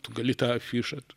tu gali tą afišą tu